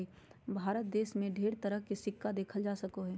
भारत देश मे ढेर तरह के सिक्का देखल जा सको हय